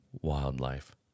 Wildlife